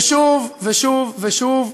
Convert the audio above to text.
ושוב ושוב ושוב,